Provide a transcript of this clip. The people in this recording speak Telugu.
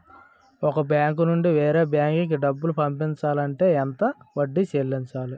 ఒక బ్యాంక్ నుంచి వేరే బ్యాంక్ కి డబ్బులు పంపించాలి అంటే ఎంత వడ్డీ చెల్లించాలి?